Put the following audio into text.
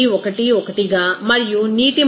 111 గా మరియు నీటి మోల్ ఫ్రాక్షన్ 0